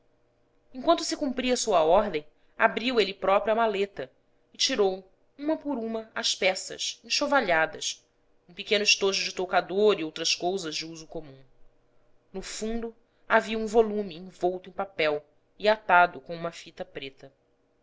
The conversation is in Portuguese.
enquanto se cumpria sua ordem abriu ele próprio a maleta e tirou uma por uma as peças enxovalhadas um pequeno estojo de toucador e outras cousas de uso comum no fundo havia um volume envolto em papel e atado com uma fita preta